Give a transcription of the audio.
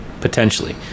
potentially